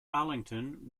arlington